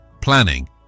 planning